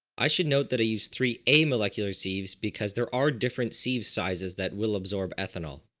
i should note that i used three a molecular sieves because there are different sieves sizes that will absorb ethanol.